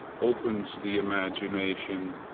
opens the imagination,